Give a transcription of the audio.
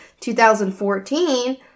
2014